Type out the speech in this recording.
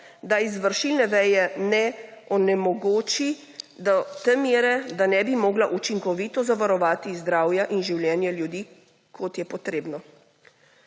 da izvršilne veje ne onemogoči do te mere, da ne bi mogla učinkovito zavarovati zdravja in življenja ljudi, kot je potrebno.